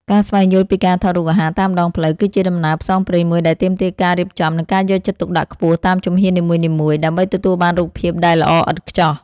ការស្វែងយល់ពីការថតរូបអាហារតាមដងផ្លូវ គឺជាដំណើរផ្សងព្រេងមួយដែលទាមទារការរៀបចំ និងការយកចិត្តទុកដាក់ខ្ពស់តាមជំហាននីមួយៗ ដើម្បីទទួលបានរូបភាពដែលល្អឥតខ្ចោះ។